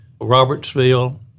Robertsville